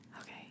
Okay